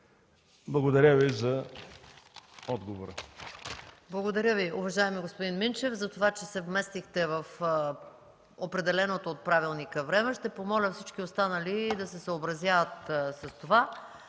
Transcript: Благодаря Ви за отговора.